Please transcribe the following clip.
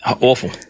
Awful